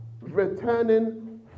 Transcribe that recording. returning